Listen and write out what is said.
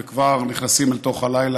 וכבר נכנסים לתוך הלילה,